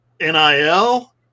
NIL